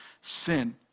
sin